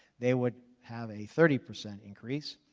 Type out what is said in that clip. they would have a thirty percent increase.